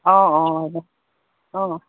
অঁ অঁ অঁ